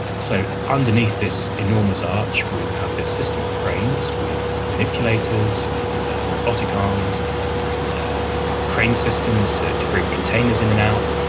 so underneath this enormous arch we will have this system of cranes with manipulators and robotic arms and crane systems to to bring containers in and out.